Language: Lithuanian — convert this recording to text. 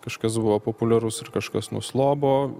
kažkas buvo populiarus ir kažkas nuslobo